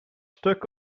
stuk